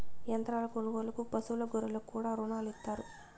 యంత్రాల కొనుగోలుకు పశువులు గొర్రెలకు కూడా రుణాలు ఇత్తారు